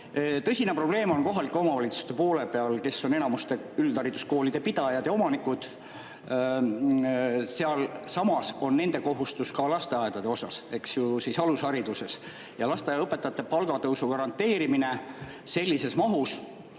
tõsine probleem on kohalike omavalitsuste poole peal, kes on enamiku üldhariduskoolide pidajad ja omanikud. Sealsamas on nendel kohustus ka lasteaedade osas, eks ju, alushariduses ja lasteaiaõpetajate palgatõusu garanteerimine sellises mahus.